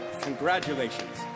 Congratulations